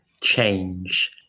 change